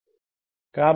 A